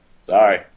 Sorry